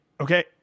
Okay